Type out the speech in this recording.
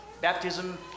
Baptism